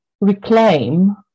reclaim